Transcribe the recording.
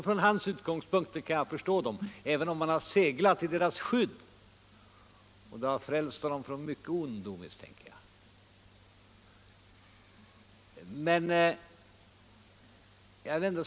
Från hans utgångspunkter kan jag förstå det, även om han har seglat i deras skydd; de har frälst honom från mycket ont, misstänker jag.